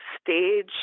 stage